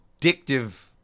addictive